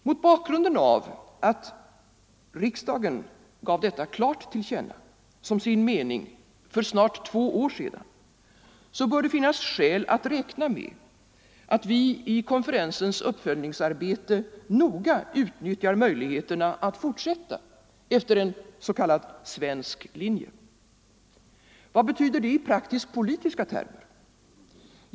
Mot bakgrunden av att riksdagen gav detta klart till känna som sin mening för snart två år sedan bör det finnas skäl att räkna med att vi i konferensens uppföljningsarbete noga utnyttjar möjligheterna att fortsätta efter en s.k. svensk linje. Vad betyder det i praktiskt-politiska termer?